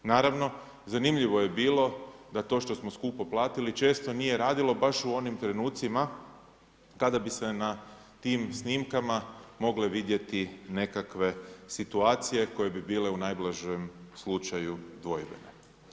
Naravno, zanimljivo je bilo, da to što smo skupo platili, često nije radilo, baš u onim trenucima, kada bi se na tim snimkama, mogle vidjeti nekakve situacije koje bi bile u najblažem slučaju dvojbene.